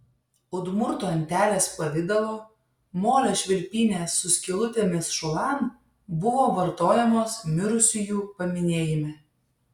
udmurtų antelės pavidalo molio švilpynės su skylutėmis šulan buvo vartojamos mirusiųjų paminėjime